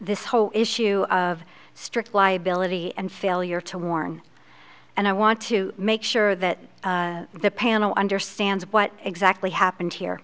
this whole issue of strict liability and failure to warn and i want to make sure that the panel understands what exactly happened here